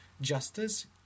justice